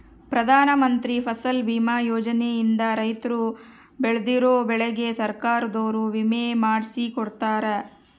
ಪ್ರಧಾನ ಮಂತ್ರಿ ಫಸಲ್ ಬಿಮಾ ಯೋಜನೆ ಇಂದ ರೈತರು ಬೆಳ್ದಿರೋ ಬೆಳೆಗೆ ಸರ್ಕಾರದೊರು ವಿಮೆ ಮಾಡ್ಸಿ ಕೊಡ್ತಾರ